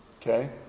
Okay